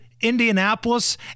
Indianapolis